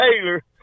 Taylor